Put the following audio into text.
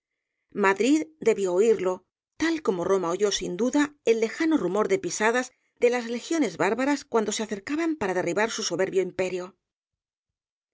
madrid debió oirlo tal como roma oyó sin duda el lejano rumor de pisadas de las legiones bárbaras cuando se acercaban para derribar su soberbio imperio